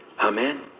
amen